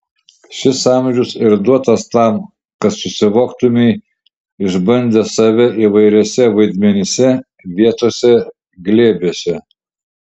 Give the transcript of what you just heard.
šis amžius ir duotas tam kad susivoktumei išbandęs save įvairiuose vaidmenyse vietose glėbiuose